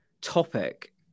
topic